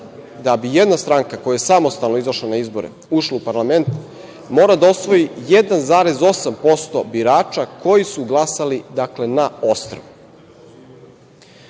da bi jedna stranka koja je samostalno izašla na izbore ušla u parlament mora da osvoji 1,8% birača koji su glasali na ostrvu.U